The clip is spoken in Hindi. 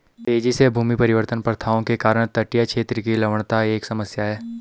तेजी से भूमि परिवर्तन प्रथाओं के कारण तटीय क्षेत्र की लवणता एक समस्या है